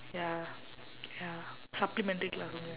ya ya supplementary class only lah